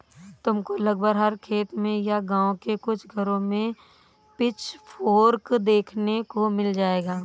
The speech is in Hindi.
तुमको लगभग हर खेत में या गाँव के कुछ घरों में पिचफोर्क देखने को मिल जाएगा